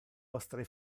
vostre